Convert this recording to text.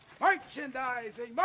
Merchandising